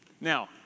Now